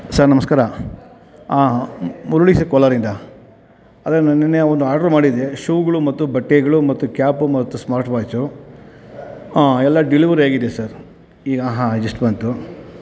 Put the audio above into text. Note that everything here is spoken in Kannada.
ಸರ್ ನಮಸ್ಕಾರ ಮುರುಳಿ ಜ್ ಕೋಲಾರಿಂದ ಅದೇ ನಾನು ನಿನ್ನೆ ಒಂದು ಆರ್ಡ್ರು ಮಾಡಿದ್ದೆ ಶೂಗಳು ಮತ್ತು ಬಟ್ಟೆಗಳು ಮತ್ತು ಕ್ಯಾಪು ಮತ್ತು ಸ್ಮಾರ್ಟ್ ವಾಚು ಆಂ ಎಲ್ಲ ಡೆಲಿವರಿ ಆಗಿದೆ ಸರ್ ಈಗ ಹಾಂ ಜಸ್ಟ್ ಬಂತು